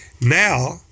Now